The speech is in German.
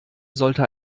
sollte